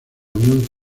unión